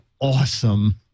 awesome